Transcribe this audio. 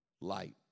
light